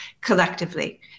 collectively